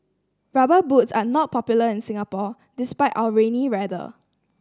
Rubber Boots are not popular in Singapore despite our rainy weather